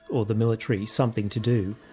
or the military, something to do,